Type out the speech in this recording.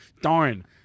Darn